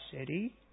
city